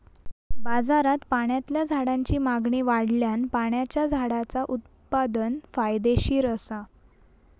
बाजारात पाण्यातल्या झाडांची मागणी वाढल्यान पाण्याच्या झाडांचा उत्पादन फायदेशीर असा